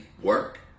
work